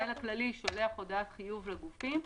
המנהל הכללי שולח הודעת חיוב לגופים.